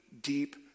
deep